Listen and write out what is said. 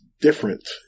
different